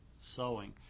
sewing